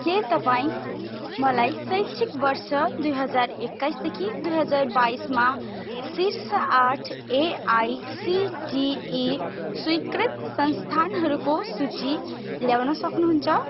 के तपाईँ मलाई शैक्षिक वर्ष दुई हजार एकाइस दुइ हजार बाइसमा शीर्ष आठ एआइसिटिई स्वीकृत संस्थानहरूको सूची ल्याउन सक्नुहुन्छ